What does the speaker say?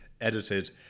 edited